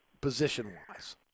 position-wise